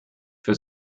für